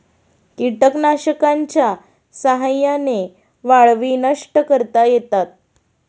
कीटकनाशकांच्या साह्याने वाळवी नष्ट करता येतात